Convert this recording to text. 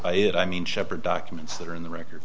that i mean sheppard documents that are in the record